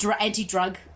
anti-drug